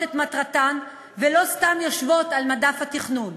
את מטרתן ולא סתם יושבות על מדף התכנון.